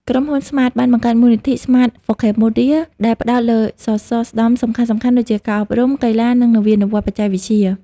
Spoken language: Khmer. ក្រុមហ៊ុន ស្មាត (Smart) បានបង្កើតមូលនិធិ "Smart for Cambodia" ដែលផ្តោតលើសសរស្តម្ភសំខាន់ៗដូចជា ការអប់រំ កីឡា និងនវានុវត្តន៍បច្ចេកវិទ្យា។